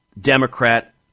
Democrat